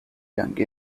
young